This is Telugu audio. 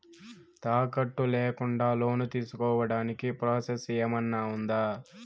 తాకట్టు లేకుండా లోను తీసుకోడానికి ప్రాసెస్ ఏమన్నా ఉందా?